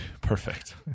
Perfect